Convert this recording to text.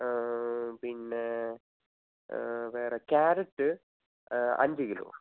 പിന്നെ വേറെ ക്യാരറ്റ് അഞ്ച് കിലോ